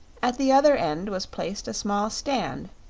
at the other end was placed a small stand,